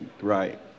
right